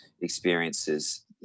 experiences